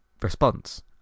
response